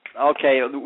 Okay